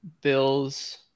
bills